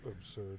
Absurd